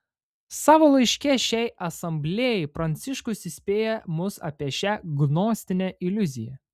savo laiške šiai asamblėjai pranciškus įspėja mus apie šią gnostinę iliuziją